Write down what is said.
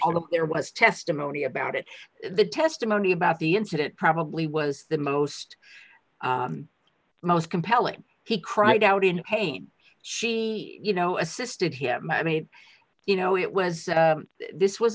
although there was testimony about it the testimony about the incident probably was the most the most compelling he cried out in pain she you know assisted him i mean you know it was this was